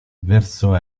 verso